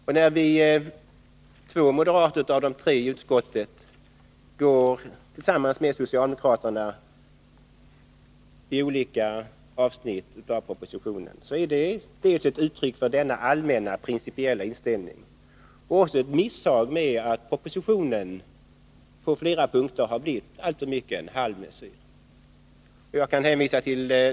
Att två moderater av tre i utskottet går samman med socialdemokraterna när det gäller en del avsnitt i propositionen beror på denna allmänna, principiella inställning. Det är också uttryck för ett misshag med att propositionen på flera punkter blivit alltför mycket av en halvmesyr.